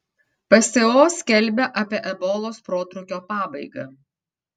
pso skelbia apie ebolos protrūkio pabaigą